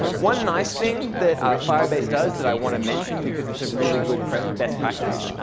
one nice thing that firebase does that i want to mention because it's a really good best practice.